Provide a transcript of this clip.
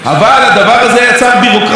כי כל יבואן של כל דגם,